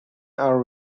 are